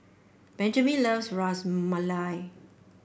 Benjamen loves Ras Malai